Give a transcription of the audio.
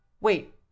Wait